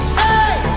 hey